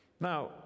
Now